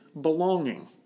belonging